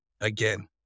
Again